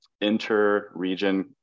inter-region